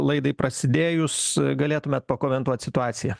laidai prasidėjus galėtumėt pakomentuot situaciją